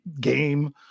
game